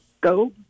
go